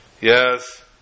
Yes